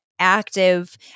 active